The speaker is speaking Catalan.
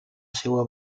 seua